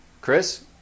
Chris